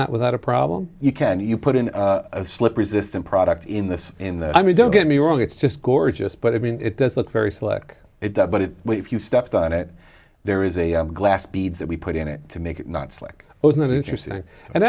that without a problem you can you put in a slip resistant product in this in that i mean don't get me wrong it's just gorgeous but i mean it does look very slick it does but it you stepped on it there is a glass beads that we put in it to make it not slick wasn't interesting and